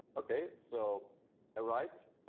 okay. so a write,